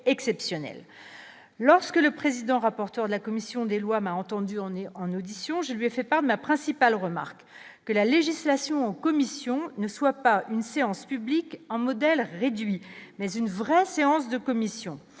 exceptionnel, lorsque le président, rapporteur de la commission des lois, m'a entendu, on est en audition, je lui ai fait part de ma principale remarque que la législation en commission ne soit pas une séance publique en modèle réduit, mais une vraie séance de commission,